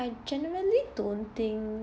I generally don't think